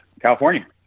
California